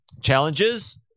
challenges